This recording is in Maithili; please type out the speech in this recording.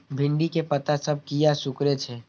भिंडी के पत्ता सब किया सुकूरे छे?